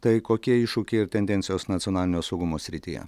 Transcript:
tai kokie iššūkiai ir tendencijos nacionalinio saugumo srityje